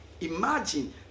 Imagine